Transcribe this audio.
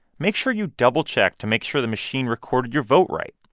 make sure you double-check to make sure the machine recorded your vote right.